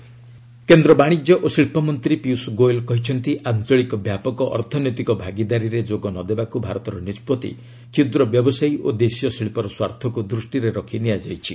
Goyal RCEP କେନ୍ଦ୍ର ବାଶିଜ୍ୟ ଓ ଶିଳ୍ପ ମନ୍ତ୍ରୀ ପୀୟୁଷ ଗୋୟଲ୍ କହିଛନ୍ତି ଆଞ୍ଚଳିକ ବ୍ୟାପକ ଅର୍ଥନୈତିକ ଭାଗିଦାରୀରେ ଯୋଗ ନଦେବାକୁ ଭାରତର ନିଷ୍ପଭି କ୍ଷୁଦ୍ର ବ୍ୟବସାୟୀ ଓ ଦେଶୀୟ ଶିଳ୍ପର ସ୍ୱାର୍ଥକୁ ଦୃଷ୍ଟିରେ ରଖି ନିଆଯାଇଛି